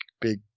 big